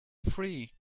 free